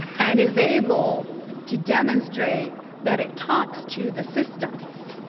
and is able to demonstrate that it talks to the systems,